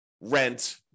rent